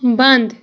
بنٛد